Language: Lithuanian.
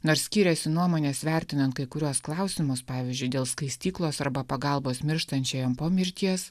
nors skyrėsi nuomonės vertinant kai kuriuos klausimus pavyzdžiui dėl skaistyklos arba pagalbos mirštančiajam po mirties